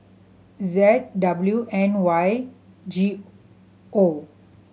Z W N Y G O